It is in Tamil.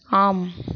ஆம்